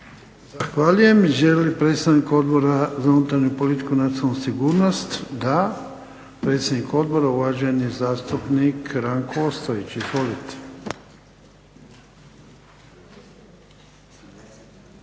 Zahvaljujem. Želi li predstavnik Odbora za unutarnju politiku i nacionalnu sigurnost? Da. Predsjednik odbora, uvaženi zastupnik Ranko Ostojić. Izvolite.